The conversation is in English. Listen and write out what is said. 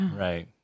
Right